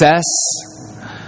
success